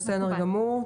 בסדר גמור.